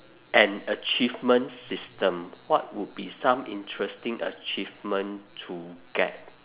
an achievement system what would be some interesting achievement to get